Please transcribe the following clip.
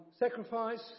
Sacrifice